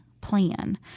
plan